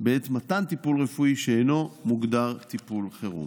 בעת מתן טיפול רפואי שאינו מוגדר טיפול חירום.